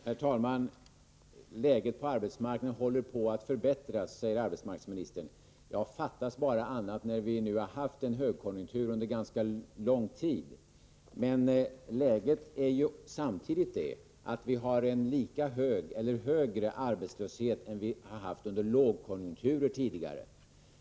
Herr talman! Läget på arbetsmarknaden håller på att förbättras, säger arbetsmarknadsministern. Ja, fattas bara annat, när vi nu har haft en högkonjunktur under ganska lång tid. Samtidigt har vi emellertid en lika hög eller högre arbetslöshet i jämförelse med vad vi haft under lågkonjunkturer tidigare.